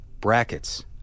brackets